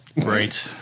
Great